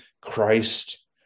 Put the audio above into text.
Christ